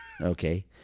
Okay